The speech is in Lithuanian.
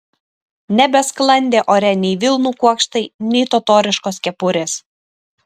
nebesklandė ore nei vilnų kuokštai nei totoriškos kepurės